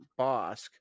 Bosk